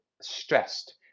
stressed